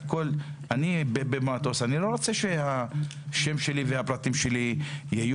אני לא רוצה שהשם שלי והפרטים שלי יהיו